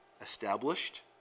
established